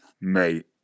mate